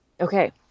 Okay